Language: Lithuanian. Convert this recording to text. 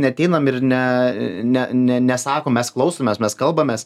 neateinam ir ne nesakom mes klausomės mes kalbamės